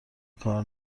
کار